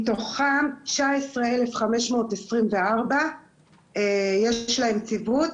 מתוכם תשע עשרה אלף חמש מאות עשרים וארבע יש להם ציוות,